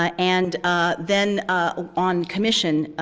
ah and ah then ah on commission,